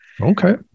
Okay